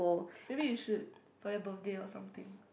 maybe you should for your birthday or something